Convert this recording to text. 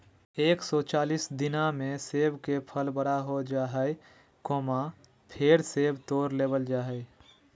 एक सौ चालीस दिना मे सेब के फल बड़ा हो जा हय, फेर सेब तोड़ लेबल जा हय